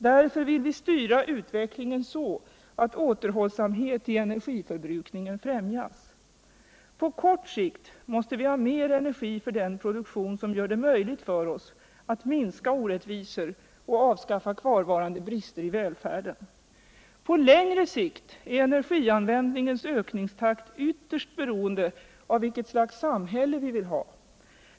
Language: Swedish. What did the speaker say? Därför vill vi styra 45 utvecklingen så att återhållsamhet i energiförbrukningen främjas. På kort sikt mäste vi ha mer energi för den produktion som gör det möjligt för oss att minska orättvisor och avskaffa kvarvarande brister i välfärden. På längre sikt är energianvändningens ökningstakt ytterst beroende av vilket slags samhälle vi vill ha.